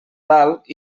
dalt